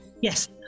Yes